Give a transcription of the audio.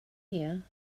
here